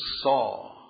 saw